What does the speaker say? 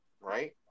Right